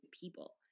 people